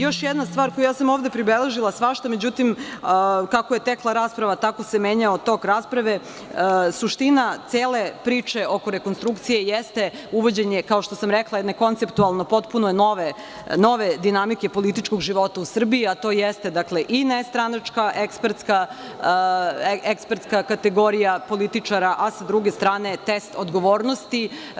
Još jedna stvar, ja sam ovde pribeležila svašta, i kako je tekla rasprava tako se menjao tok rasprave, suština cele priče oko rekonstrukcije jeste uvođenje, kao što sam rekla, jedne konceptualno potpuno nove dinamike političkog života u Srbiji, a to jeste dakle i nestranačka ekspertska kategorija političara, a sa druge strane test odgovornosti.